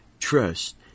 trust